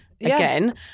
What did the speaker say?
again